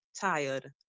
tired